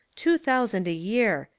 two thousand a year!